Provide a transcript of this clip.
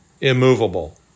immovable